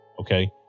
Okay